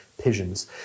pigeons